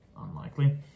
Unlikely